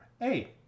Hey